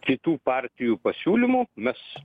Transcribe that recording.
kitų partijų pasiūlymų mes